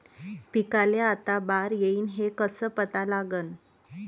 पिकाले आता बार येईन हे कसं पता लागन?